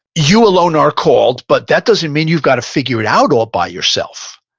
you alone are called, but that doesn't mean you've got to figure it out all by yourself.